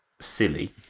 silly